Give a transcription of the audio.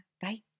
bye